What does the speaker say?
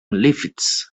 lifts